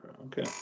Okay